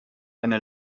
eine